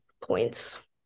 points